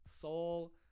Soul